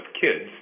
kids